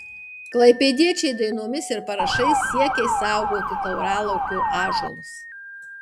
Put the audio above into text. klaipėdiečiai dainomis ir parašais siekia išsaugoti tauralaukio ąžuolus